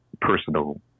personal